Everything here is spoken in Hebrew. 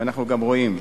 ואנחנו גם רואים,